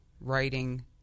writing